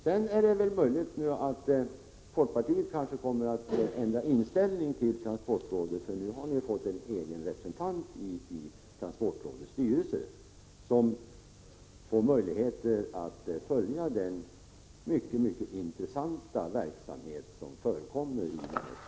Sedan är det väl möjligt att folkpartiet ändrar inställning till transportrådet, för nu har man ju fått en egen representant i transportrådets styrelse, som får möjlighet att följa den mycket intressanta verksamhet som förekommer i denna styrelse.